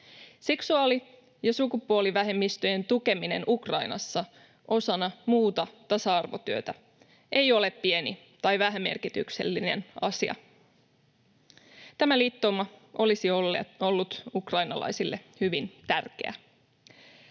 Seksuaali- ja sukupuolivähemmistöjen tukeminen Ukrainassa osana muuta tasa-arvotyötä ei ole pieni tai vähämerkityksellinen asia. Tämä liittouma olisi ollut ukrainalaisille hyvin tärkeä.